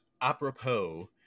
apropos